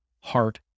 heart